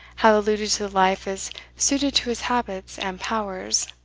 have alluded to the life as suited to his habits and powers,